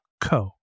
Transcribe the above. co